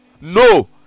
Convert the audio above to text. No